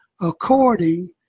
according